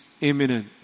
imminent